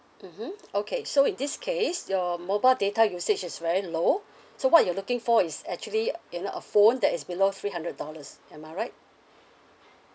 mmhmm okay so in this case your mobile data usage is very low so what you're looking for is actually uh you know a phone that is below three hundred dollars am I right